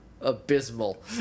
abysmal